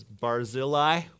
Barzillai